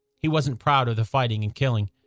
he wasn't proud of the fighting and killing.